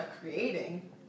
creating